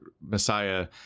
messiah